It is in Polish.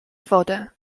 wodę